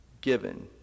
given